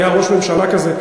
היה ראש ממשלה כזה,